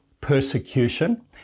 persecution